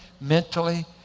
mentally